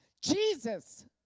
Jesus